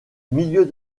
milieu